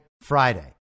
Friday